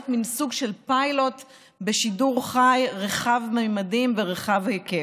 מין סוג של פיילוט בשידור חי רחב-ממדים ורחב-היקף.